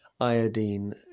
iodine